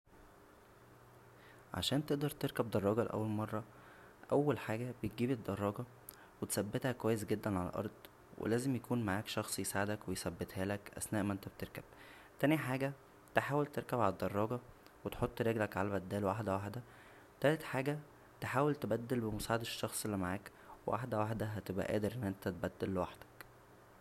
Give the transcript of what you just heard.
عشان تقدر تركب دراجه لاول مره اول حاجه بتجيب الدراجه و تثبتها كويس جدا عالارض ولازم يكون معاك شخص يساعدك و يثبتهالك اثناء ما انت بتركب تانى حاجه تحاول تركب عالدراجه و تحط رجلك عالبدال واحده واحده تالت حاجه تحاول تبدل بمساعدة الشخص اللى معاك واحده واحده هتبقى قادر ان انت تبدل لوحدك